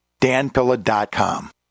danpilla.com